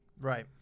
Right